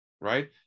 right